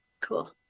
Cool